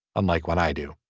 unlike when i do